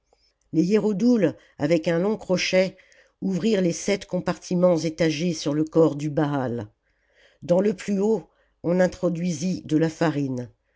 les hiérodoules avec un long crochet ouvrirent les sept compartiments étages sur le corps du baai dans le plus haut on introduisit de la farine